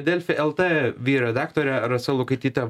delfi el t vyr redaktore rasa lukaityte